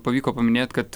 pavyko paminėt kad